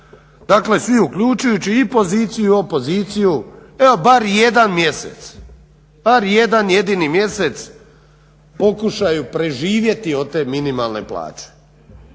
dakle svi uključujući i opoziciju i poziciju evo bar jedan mjesec bar jedan jedini mjesec pokušaju preživjeti od te minimalne plaće